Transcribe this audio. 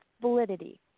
validity